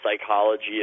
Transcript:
psychology